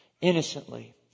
innocently